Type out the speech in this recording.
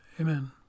amen